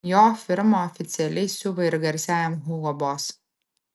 jo firma oficialiai siuva ir garsiajam hugo boss